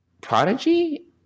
Prodigy